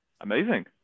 Amazing